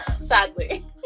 Sadly